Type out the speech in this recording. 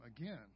again